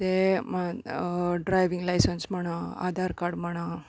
ते driving licence म्हणा Aadhaar card म्हणा